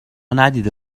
ندیده